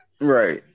Right